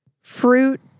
Fruit